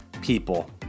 people